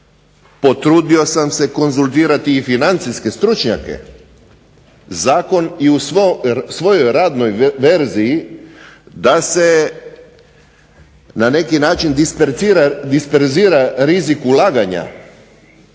potrudio sam se konzultirati i financijske stručnjake, zakon i u svojoj radnoj verziji da se na neki način disperzira rizik ulaganja